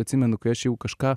atsimenu kai aš jau kažką